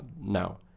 now